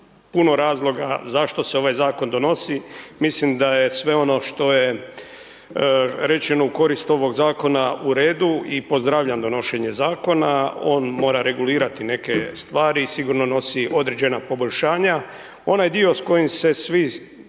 puno razloga zašto se ovaj zakon donosi, mislim da je sve ono što je rečeno u korist ovog zakona u redu i pozdravljam donošenje zakona, on mora regulirati neke stvari i sigurno nosi određena poboljšanja. Onaj dio s kojim se svi,